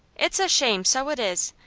it's a shame, so it is!